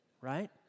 right